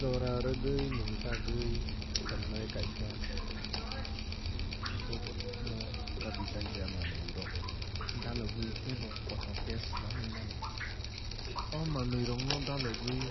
Jora rwgwui nwngjagwui tongnai kaisa soup no babijagya manwui rok dalogwui teibo kothok khe swlamwui mano. O manwui rok no dalogwui